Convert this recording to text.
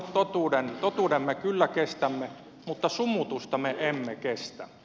totuuden me kyllä kestämme mutta sumutusta me emme kestä